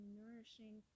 nourishing